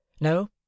No